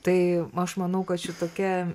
tai aš manau kad ši tokia